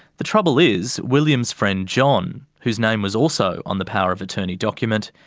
the trouble is, william's friend john, whose name was also on the power of attorney document,